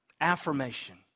Affirmation